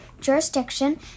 jurisdiction